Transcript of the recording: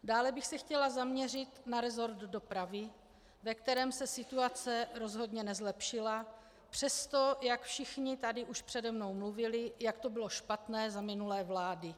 Dále bych se chtěla zaměřit na resort dopravy, ve kterém se situace rozhodně nezlepšila přesto, jak tu všichni už přede mnou mluvili, jak to bylo špatné za minulé vlády.